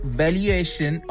valuation